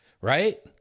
Right